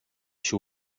się